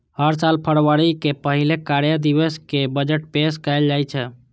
हर साल फरवरी के पहिल कार्य दिवस कें बजट पेश कैल जाइ छै